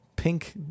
Pink